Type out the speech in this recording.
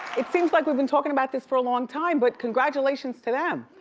it seems like we've been talking about this for a long time, but congratulations to them,